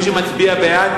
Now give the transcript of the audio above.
מי שמצביע בעד,